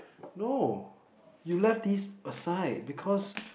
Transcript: no you left these aside because